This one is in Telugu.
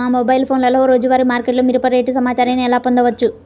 మా మొబైల్ ఫోన్లలో రోజువారీ మార్కెట్లో మిరప రేటు సమాచారాన్ని ఎలా పొందవచ్చు?